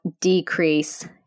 decrease